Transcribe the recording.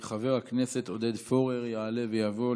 חבר הכנסת עודד פורר, יעלה ויבוא.